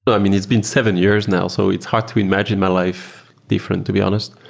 but i mean, it's been seven years now. so it's hard to imagine my life different, to be honest.